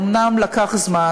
אומנם זה לקח זמן,